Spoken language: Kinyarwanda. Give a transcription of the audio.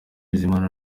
bizimana